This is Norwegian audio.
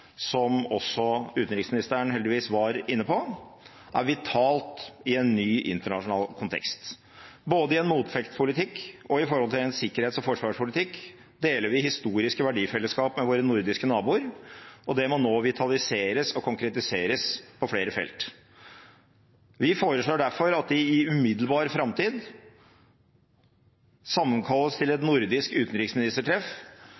som også utenriksministeren heldigvis var inne på, er vitalt i en ny internasjonal kontekst. Både i en motvektspolitikk og når det gjelder en sikkerhets- og forsvarspolitikk, deler vi historiske verdifellesskap med våre nordiske naboer, og det må nå vitaliseres og konkretiseres på flere felt. Vi foreslår derfor at det i umiddelbar framtid sammenkalles til